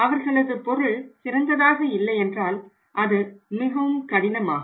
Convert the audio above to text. அவர்களது பொருள் சிறந்ததாக இல்லையென்றால் அது மிகவும் கடினமாகும்